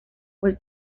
was